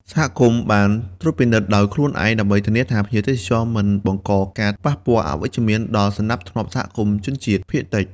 សហគមន៍បានត្រួតពិនិត្យដោយខ្លួនឯងដើម្បីធានាថាភ្ញៀវទេសចរមិនបង្កការប៉ះពាល់អវិជ្ជមានដល់ សណ្តាប់ធ្នាប់សហគមន៍ជនជាតិភាគតិច។